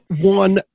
One